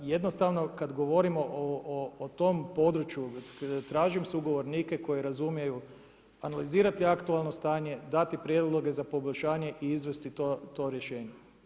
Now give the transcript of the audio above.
Jednostavno, kad govorimo o tom području tražim sugovornike, koji razumiju, analizirati aktualno stanje, dati prijedloge za poboljšanje i izvesti to rješenje.